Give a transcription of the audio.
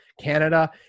Canada –